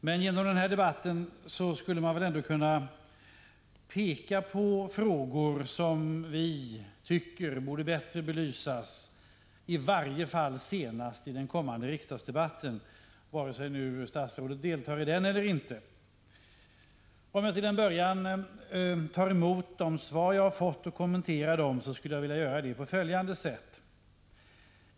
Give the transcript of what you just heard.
I denna debatt skulle jag ändå kunna peka på frågor som borde belysas bättre, i varje fall senast i den kommande riksdagsdebatten, vare sig statsrådet deltar i den eller inte. Till att börja med vill jag kommentera de svar jag har fått på följande sätt.